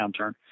downturn